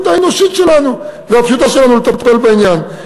האנושית שלנו והפשוטה שלנו לטפל בעניין,